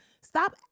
Stop